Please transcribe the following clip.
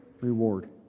reward